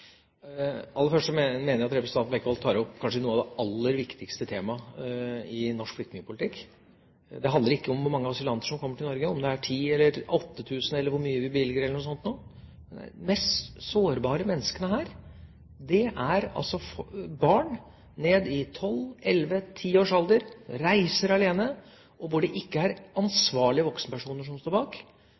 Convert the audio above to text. Aller først: Jeg mener at representanten Bekkevold tar opp kanskje det aller viktigste temaet i norsk flyktningpolitikk. Det handler ikke om hvor mange asylanter som kommer til Norge, om det er 8 000 eller 10 000, eller om hvor mye vi bevilger, eller noe sånt. De mest sårbare menneskene er altså barn ned i ti–tolvårsalderen, som reiser alene, og der det ikke er ansvarlige voksenpersoner som står bak,